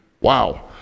Wow